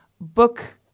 book